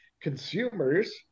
consumers